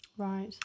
Right